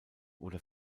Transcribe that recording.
oder